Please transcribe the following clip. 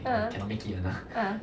uh uh